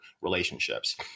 relationships